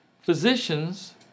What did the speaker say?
Physicians